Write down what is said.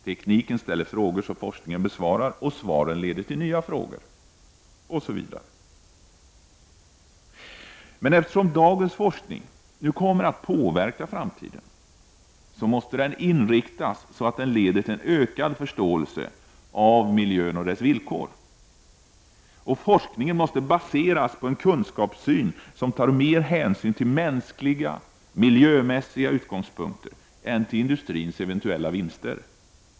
Tekniken ställer frågor som forskningen besvarar, och svaren leder till nya frågor osv. Eftersom dagens forskning kommer att påverka framtiden måste den inriktas så att den leder till ökad förståelse av miljön och dess villkor. Forskningen måste baseras på en kunskapssyn som tar mer hänsyn till mänskliga och miljömässiga utgångspunkter än till industrins eventuella vinster.